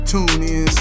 TuneIn